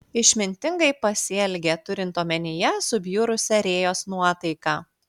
išmintingai pasielgė turint omenyje subjurusią rėjos nuotaiką